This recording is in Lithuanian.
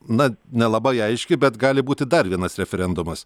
na nelabai aiški bet gali būti dar vienas referendumas